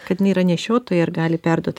kad jinai yra nešiotoja ar gali perduot ir